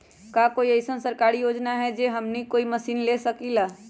का कोई अइसन सरकारी योजना है जै से हमनी कोई मशीन ले सकीं ला?